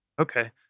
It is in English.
okay